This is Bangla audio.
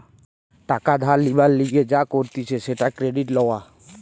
টাকা ধার লিবার লিগে যা করতিছে সেটা ক্রেডিট লওয়া